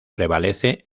prevalece